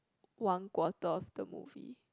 one quarter of the movie